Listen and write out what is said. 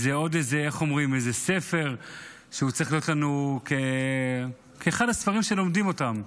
עוד איזה ספר שצריך להיות לנו כאחד הספרים שלומדים אותם.